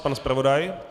Pan zpravodaj?